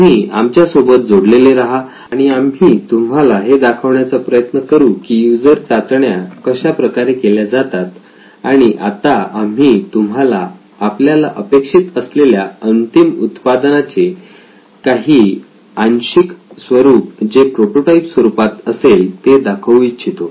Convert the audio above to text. तुम्ही आमच्या सोबत जोडलेले रहा आणि आम्ही तुम्हाला हे दाखवण्याचा प्रयत्न करू की यूजर चाचण्या कशा प्रकारे केल्या जातात आणि आता आम्ही तुम्हाला आपल्याला अपेक्षित असलेल्या अंतिम उत्पादनाचे काही अंशिक स्वरूप जे प्रोटोटाईप स्वरूपात आहेत ते दाखवू इच्छितो